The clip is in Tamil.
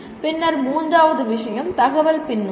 பின்னர் மூன்றாவது விஷயம் தகவல் பின்னூட்டம்